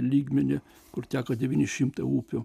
lygmenį kur teka devyni šimtai upių